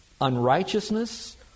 unrighteousness